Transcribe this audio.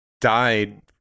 died